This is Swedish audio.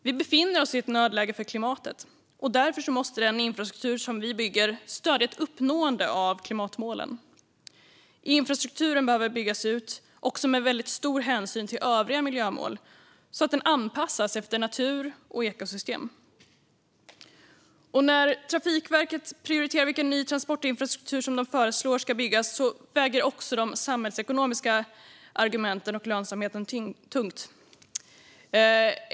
Vi befinner oss i ett nödläge för klimatet, och därför måste den infrastruktur vi bygger stödja ett uppnående av klimatmålen. Infrastrukturen behöver byggas ut också med väldigt stor hänsyn till övriga miljömål, så att den anpassas efter natur och ekosystem. När Trafikverket i sina förslag prioriterar vilken ny transportinfrastruktur som ska byggas väger också de samhällsekonomiska argumenten och lönsamheten tungt.